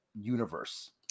universe